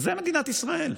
זה מדינת ישראל.